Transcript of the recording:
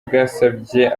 bwasabye